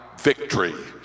victory